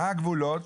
מה הגבולות?